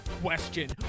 question